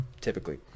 typically